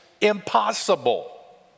impossible